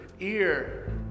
ear